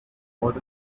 what